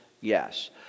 yes